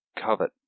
covet